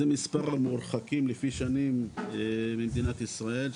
אלו מספר המורחקים לפי שנים במדינת ישראל,